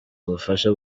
ubufasha